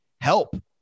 help